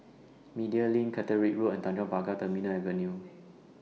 Media LINK Caterick Road and Tanjong Pagar Terminal Avenue